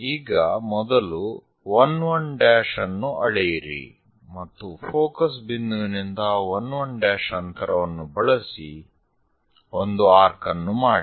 ಈಗ ಮೊದಲು 1 1 ಅನ್ನು ಅಳೆಯಿರಿ ಮತ್ತು ಫೋಕಸ್ ಬಿಂದುವಿನಿಂದ 1 1 ಅಂತರವನ್ನು ಬಳಸಿ ಒಂದು ಆರ್ಕ್ ಅನ್ನು ಮಾಡಿ